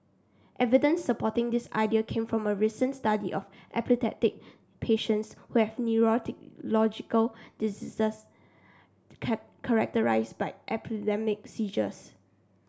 evidence supporting this idea came from a recent study of epileptic patients who have neurological diseases characterised by epileptic seizures